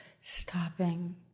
stopping